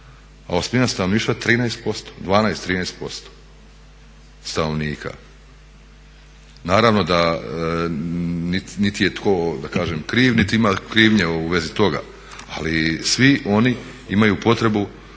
A osmina stanovništva 13%, 12, 13% stanovnika. Naravno niti je tko da kažem kriv niti ima krivnje u vezi toga, ali svi oni imaju potrebu,